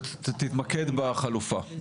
ותתמקד בחלופה.